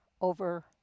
over